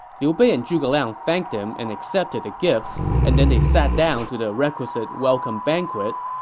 liu bei and zhuge liang thanked him and accepted the gifts, and then they sat down to the requisite welcome banquet,